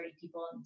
people